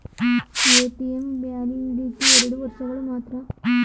ATM validity ಎರಡು ವರ್ಷಗಳು ಮಾತ್ರ